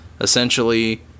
essentially